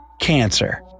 Cancer